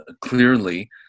clearly